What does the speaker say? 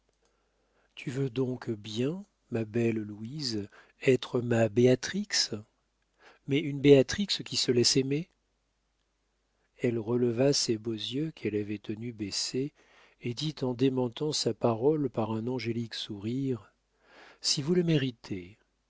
tu veux donc bien ma belle louise être ma béatrix mais une béatrix qui se laisse aimer elle releva ses beaux yeux qu'elle avait tenus baissés et dit en démentant sa parole par un angélique sourire si vous le méritez